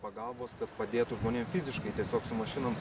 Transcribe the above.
pagalbos kad padėtų žmonėm fiziškai tiesiog su mašinom